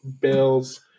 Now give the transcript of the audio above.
Bills